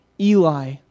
Eli